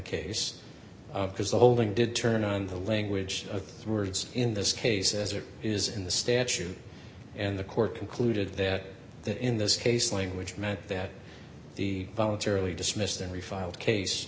case of because the holding did turn on the language of three words in this case as it is in the statute and the court concluded that that in this case language meant that the voluntarily dismissed and refiled case